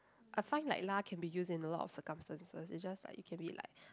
I find like lah can be use in a lot of circumstances is just like you can be like